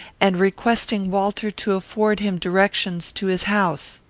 and requesting walter to afford him directions to his house.